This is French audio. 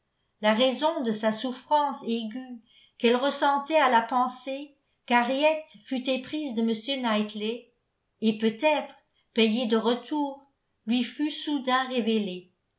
la raison de sa souffrance aigüe qu'elle ressentait à la pensée qu'henriette fût éprise de m knightley et peut-être payée de retour lui fut soudain révélée